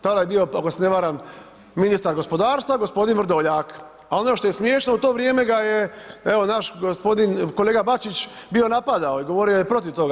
Tada je bio, ako se ne varam, ministar gospodarstva gospodin Vrdoljak, a ono što je smješno u to vrijeme ga je, evo, naš gospodin, kolega Bačić, bio napadao, govorio je protiv toga.